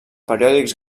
periòdics